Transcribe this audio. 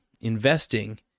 investing